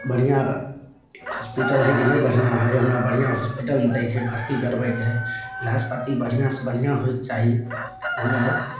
बढ़िआँ हॉस्पिटल हइ कि नहि बढ़िआँ हइ हमरा बढ़िआँ हॉस्पिटलमे दै छै भर्ती करबय छै इलाज पाती बढ़िआँसँ बढ़िआँ होयके चाही जनलियै